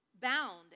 bound